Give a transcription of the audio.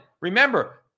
Remember